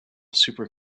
super